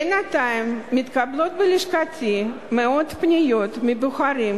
בינתיים מתקבלות בלשכתי מאות פניות מבוחרים